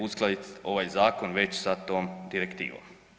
Uskladiti ovaj zakon već sa tom direktivom.